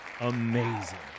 amazing